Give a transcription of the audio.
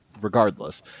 regardless